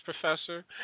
professor